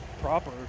proper